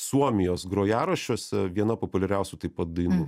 suomijos grojaraščiuose viena populiariausių taip pat dainų